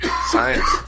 Science